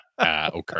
Okay